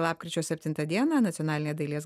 lapkričio septintą dieną nacionalinėje dailės